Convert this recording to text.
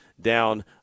down